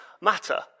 matter